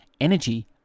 Energy